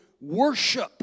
worship